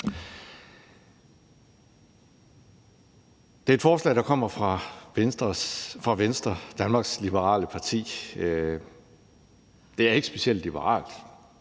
Det er et forslag, der kommer fra Venstre, Danmarks Liberale Parti. Det er ikke et specielt liberalt